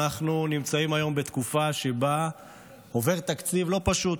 אנחנו נמצאים היום בתקופה שבה עובר תקציב לא פשוט.